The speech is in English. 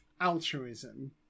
altruism